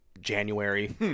January